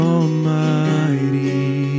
Almighty